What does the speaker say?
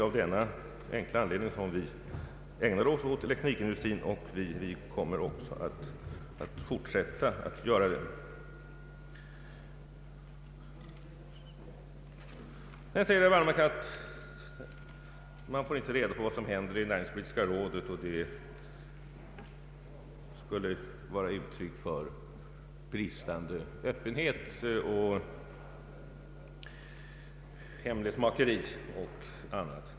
Av denna enkla anledning ägnar vi oss åt elektronikindustrin. Vi kommer också att fortsätta att göra det. Herr Wallmark påstår att man inte får reda på vad som hinder i det näringspolitiska rådet och att detta skulle vara ett uttryck för bristande öppenhet, för hemlighetsmakeri och annat.